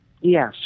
Yes